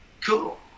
cool